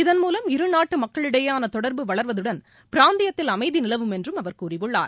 இதன் மூலம் இரு நாட்டுமக்களிடையேயானதொடர்பு வளர்வதுடன் பிராந்தியத்தில் அமைதிநிலவும் என்றும் அவர் கூறியுள்ளார்